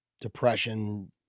depression